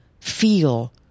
feel